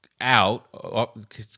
out